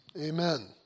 Amen